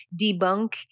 debunk